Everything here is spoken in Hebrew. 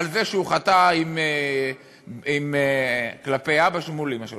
על זה שהוא חטא כלפי אבא שלו מול אימא שלו,